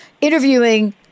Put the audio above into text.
interviewing